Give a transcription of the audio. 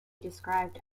described